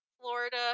Florida